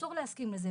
אסור להסכים לזה.